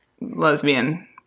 lesbian